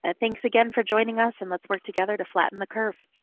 ah thanks again for joining us, and let's work together to flatten the curve.